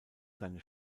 seine